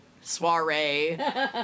soiree